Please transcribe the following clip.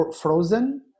frozen